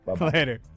Later